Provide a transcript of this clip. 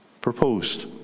proposed